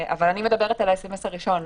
אני מדברת על הסמ"ס הראשון,